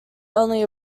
only